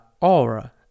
aura